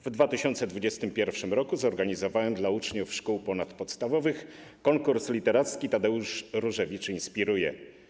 W 2021 r. zorganizowałem dla uczniów szkół ponadpodstawowych konkurs literacki ˝Tadeusz Różewicz inspiruje˝